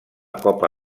copa